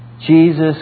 Jesus